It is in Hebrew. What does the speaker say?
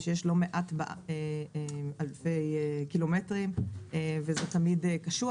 שיש לא מעט אלפי קילומטרים וזה תמיד קשוח.